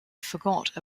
forgot